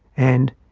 and,